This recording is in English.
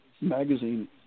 magazine